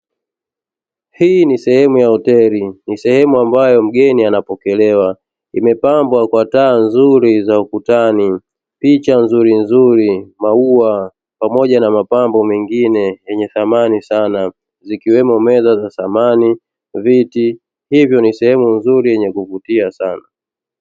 Hii ni sehemu ya hoteli. Ni sehemu ambayo mgeni anapokelewa, imepambwa kwa taa nzuri za ukutani, picha nzurinzuri, maua pamoja na mapambo mengine yenye thamani sana, zikiwemo meza za thamani viti; hivyo ni sehemu nzuri yenye kuvutia sana.